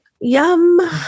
yum